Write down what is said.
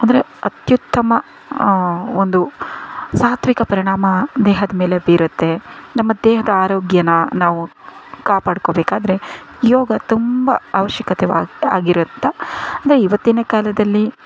ಅಂದರೆ ಅತ್ಯುತ್ತಮ ಒಂದು ಸಾತ್ವಿಕ ಪರಿಣಾಮ ದೇಹದ ಮೇಲೆ ಬೀರತ್ತೆ ನಮ್ಮ ದೇಹದ ಆರೋಗ್ಯನ ನಾವು ಕಾಪಾಡ್ಕೋಬೇಕಾದ್ರೆ ಯೋಗ ತುಂಬ ಅವಶ್ಯಕತೆ ವಾ ಆಗಿರೋಂಥ ಅಂದರೆ ಇವತ್ತಿನ ಕಾಲದಲ್ಲಿ